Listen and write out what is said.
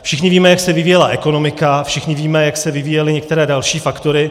Všichni víme, jak se vyvíjela ekonomika, všichni víme, jak se vyvíjely některé další faktory.